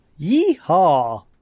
Yeehaw